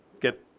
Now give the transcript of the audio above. get